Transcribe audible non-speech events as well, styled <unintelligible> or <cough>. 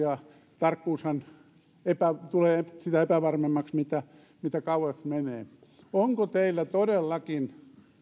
<unintelligible> ja tarkkuushan tulee sitä epävarmemmaksi mitä mitä kauemmaksi mennään onko teillä todellakin